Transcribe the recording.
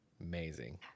Amazing